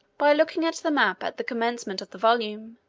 by looking at the map at the commencement of the volume,